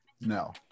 No